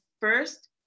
first